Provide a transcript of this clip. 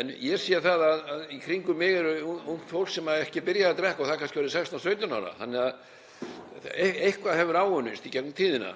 En ég sé það að í kringum mig er ungt fólk sem er ekki byrjað að drekka og það kannski orðið 16 og 17 ára, þannig að eitthvað hefur áunnist í gegnum tíðina.